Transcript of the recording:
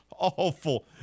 Awful